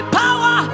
power